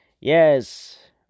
Yes